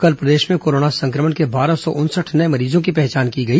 कल प्रदेश में कोरोना सं क्र मण के बारह सौ उनसठ नये मरीजों की पहचान की गई